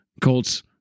Colts